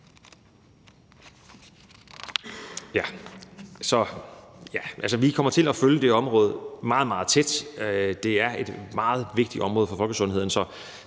Vi kommer til at følge det her område meget, meget tæt. Det er et meget vigtigt område for folkesundheden.